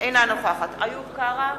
אינה נוכחת איוב קרא,